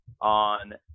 on